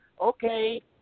okay